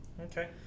Okay